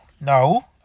No